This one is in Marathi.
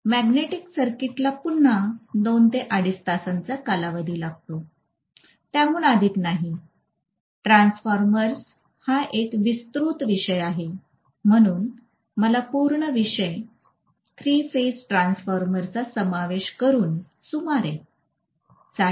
मॅग्नेटिक सर्किटला पुन्हा दोन ते अडीच तासांचा कालावधी लागतो त्याहून अधिक नाही ट्रान्सफॉर्मर्स हा एक विस्तृत विषय आहे म्हणून मला संपूर्ण विषय थ्री फेज ट्रान्सफॉर्मरचा समावेश करून सुमारे 8